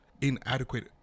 inadequate